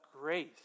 grace